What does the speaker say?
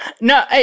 no